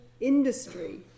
industry